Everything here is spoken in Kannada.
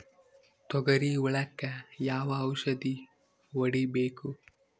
ತೊಗರಿ ಹುಳಕ ಯಾವ ಔಷಧಿ ಹೋಡಿಬೇಕು?